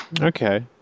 Okay